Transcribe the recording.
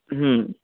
হুম